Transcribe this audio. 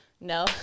No